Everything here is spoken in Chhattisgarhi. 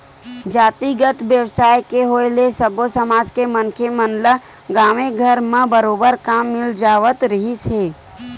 जातिगत बेवसाय के होय ले सब्बो समाज के मनखे मन ल गाँवे घर म बरोबर काम मिल जावत रिहिस हे